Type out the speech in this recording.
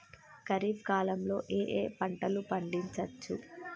ఖరీఫ్ కాలంలో ఏ ఏ పంటలు పండించచ్చు?